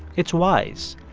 it's wise.